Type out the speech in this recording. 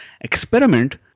experiment